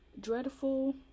dreadful